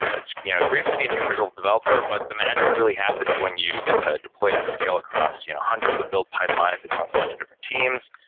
it's great for the individual developer, but the magic really happens when you get to deploy that scale across hundreds of build pipelines across a bunch of different teams.